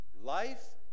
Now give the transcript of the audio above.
life